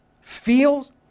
feels